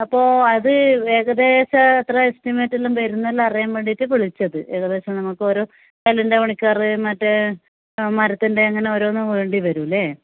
അപ്പോൾ അത് ഏകദേശം എത്ര എസ്റ്റിമേറ്റ് എല്ലാം വരും എന്നെല്ലാമറിയാൻ വേണ്ടിയിട്ട് വിളിച്ചത് ഏകദേശം നമുക്ക് ഓരോ കല്ലിൻ്റെ പണിക്കാർ മറ്റേ മരത്തിൻ്റെ പണിക്കാർ അങ്ങനെ ഓരോന്നും വേണ്ടി വരൂലേ